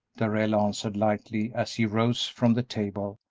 darrell answered, lightly, as he rose from the table,